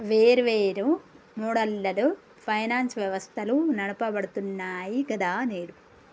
వేర్వేరు మోడళ్లలో ఫైనాన్స్ వ్యవస్థలు నడపబడుతున్నాయి గదా నేడు